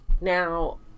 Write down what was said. Now